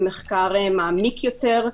במחקר מעמיק יותר,